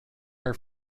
are